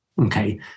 Okay